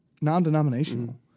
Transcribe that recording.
non-denominational